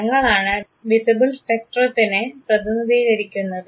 നിറങ്ങളാണ് visible സ്പെക്ട്രത്തിനെ പ്രതിനിധീകരിക്കുന്നത്